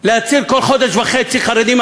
להצהיר כל חודש וחצי "חרדים",